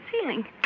ceiling